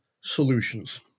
solutions